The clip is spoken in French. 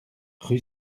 rue